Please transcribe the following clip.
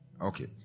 okay